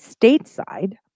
Stateside